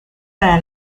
para